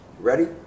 Ready